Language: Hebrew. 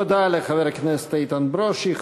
תודה לחבר הכנסת איתן ברושי.